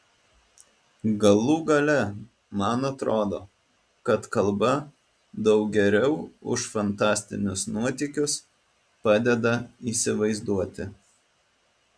galų gale man atrodo kad kalba daug geriau už fantastinius nuotykius padeda įsivaizduoti